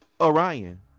Orion